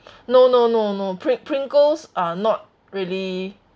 no no no no pri~ Pringles are not really